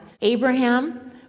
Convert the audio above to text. Abraham